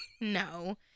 No